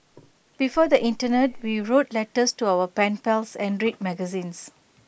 before the Internet we wrote letters to our pen pals and read magazines